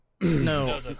no